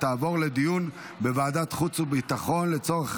לוועדת החוץ והביטחון נתקבלה.